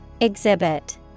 Exhibit